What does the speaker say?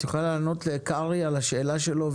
את יכולה לענות לקרעי על השאלה שלו,